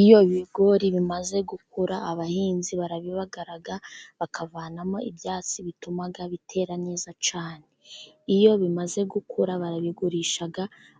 Iyo ibigori bimaze gukura, abahinzi barabibagara bakavanamo ibyatsi bituma bitera neza cyane, iyo bimaze gukura barabigurisha